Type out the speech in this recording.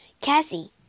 Cassie